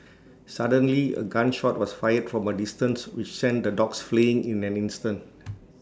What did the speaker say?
suddenly A gun shot was fired from A distance which sent the dogs fleeing in an instant